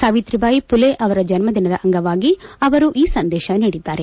ಸಾವಿತಿಬಾಯಿ ಮಲೆ ಅವರ ಜನ್ಮದಿನದ ಅಂಗವಾಗಿ ಅವರು ಈ ಸಂದೇಶ ನೀಡಿದ್ದಾರೆ